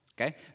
Okay